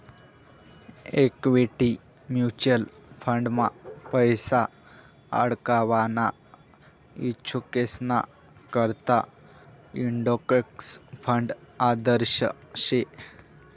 equity mutual फंडमा पैसा आडकवाना इच्छुकेसना करता इंडेक्स फंड आदर्श शे